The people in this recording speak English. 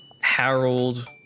Harold